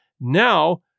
Now